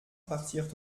partirent